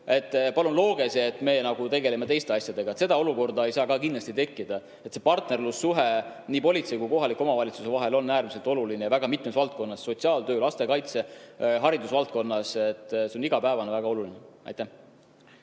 palun looge see, me ise tegeleme teiste asjadega. Sellist olukorda ei saa kindlasti tekkida. Partnerlussuhe politsei ja kohaliku omavalitsuse vahel on äärmiselt oluline ja väga mitmes valdkonnas: sotsiaaltöö, lastekaitse, haridusvaldkond. See on igapäevane, väga oluline. Ja